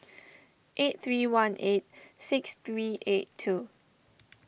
eight three one eight six three eight two